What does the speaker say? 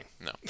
No